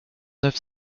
neuf